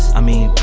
i mean.